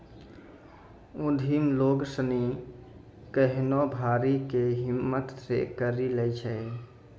उद्यमि लोग सनी केहनो भारी कै हिम्मत से करी लै छै